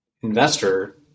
investor